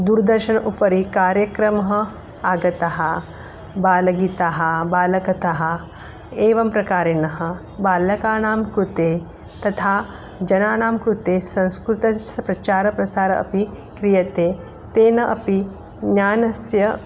दूर्दर्शनस्य उपरि कार्यक्रमः आगतः बालगीतं बालकथाः एवं प्रकारेण बालकानां कृते तथा जनानां कृते संस्कृतप्रचारप्रसारः अपि क्रियते तेन अपि ज्ञानस्य